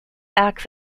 acts